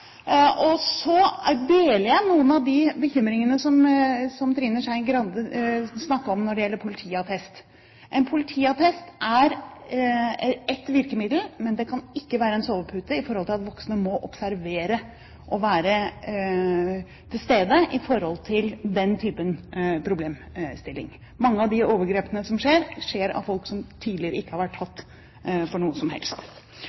Så deler jeg noen av de bekymringene som Trine Skei Grande snakket om når det gjelder politiattest. En politiattest er et virkemiddel, men det kan ikke være en sovepute med tanke på at voksne må observere og være til stede i forhold til den typen problemstilling. Mange av de overgrepene som skjer, skjer av folk som tidligere ikke har vært tatt for noe som helst.